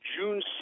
June